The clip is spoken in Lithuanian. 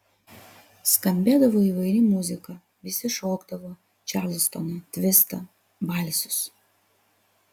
skambėdavo įvairi muzika visi šokdavo čarlstoną tvistą valsus